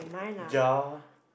jar